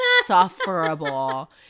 insufferable